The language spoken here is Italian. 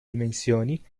dimensioni